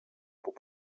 pour